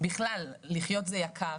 בכלל לחיות זה יקר,